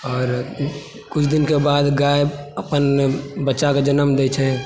आओर किछु दिनके बाद गाय अपन बच्चाके जनम दै छै